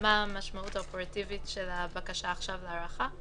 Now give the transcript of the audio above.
מה המשמעות האופרטיבית של הבקשה עכשיו להארכה?